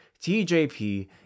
TJP